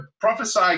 prophesy